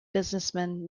businessman